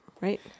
right